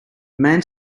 man